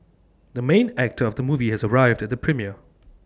the main actor of the movie has arrived at the premiere